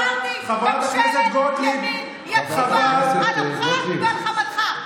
אמרתי: ממשלת ימין יציבה על אפך ועל חמתך.